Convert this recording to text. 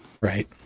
Right